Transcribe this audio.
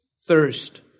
thirst